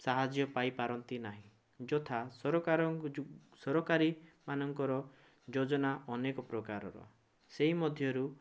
ସାହାଯ୍ୟ ପାଇପାରନ୍ତି ନାହିଁ ଯଥା ସରକାରଙ୍କୁ ସରକାରୀମାନଙ୍କର ଯୋଜନା ଅନେକପ୍ରକାରର ସେହି ମଧ୍ୟରୁ